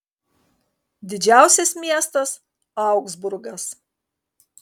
didžiausias miestas augsburgas